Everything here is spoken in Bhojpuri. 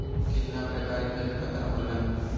कितना प्रकार के खाता होला?